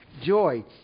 joy